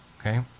Okay